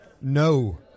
No